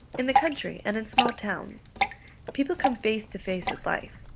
in the country and in small towns people come face to face with life,